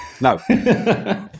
no